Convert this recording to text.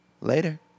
Later